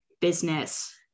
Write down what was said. business